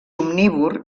omnívor